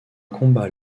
combat